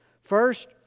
first